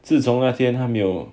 自从那天他没有